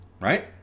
right